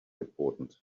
important